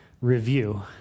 review